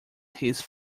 his